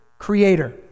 Creator